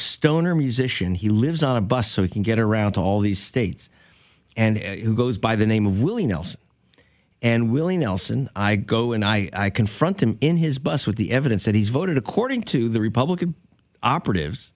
stoner musician he lives on a bus so he can get around all these states and who goes by the name of willie nelson and willie nelson i go and i confront him in his bus with the evidence that he's voted according to the republican operatives